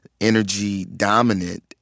energy-dominant